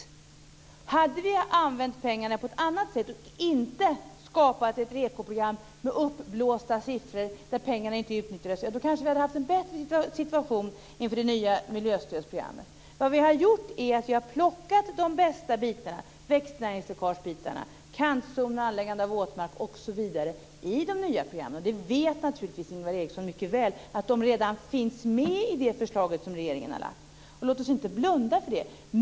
Om vi hade använt pengarna på ett annat sätt och inte skapat ett REKO-program med uppblåsta siffror, där pengarna inte utnyttjades, kanske vi hade haft en bättre situation inför det nya miljöstödsprogrammet. Vad vi har gjort är att vi har plockat de bästa bitarna, växtnäringsläckagebitarna, kantzon, anläggande av våtmark osv., i de nya programmen. Ingvar Eriksson vet naturligtvis mycket väl att de redan finns med i det förslag som regeringen har lagt. Låt oss inte blunda för det.